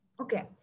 Okay